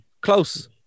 close